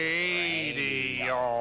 Radio